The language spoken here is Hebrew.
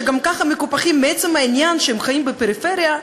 שגם ככה מקופחים מעצם העניין שהם חיים בפריפריה,